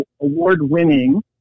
award-winning